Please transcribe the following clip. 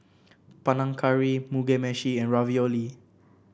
Panang Curry Mugi Meshi and Ravioli